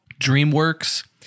DreamWorks